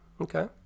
Okay